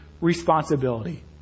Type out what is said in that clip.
responsibility